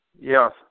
Yes